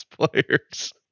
players